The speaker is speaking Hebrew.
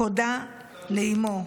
הודע לאימו,